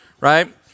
right